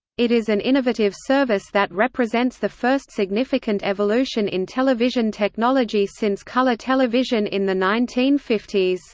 it is an innovative service that represents the first significant evolution in television technology since color television in the nineteen fifty s.